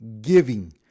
giving